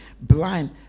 blind